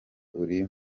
uri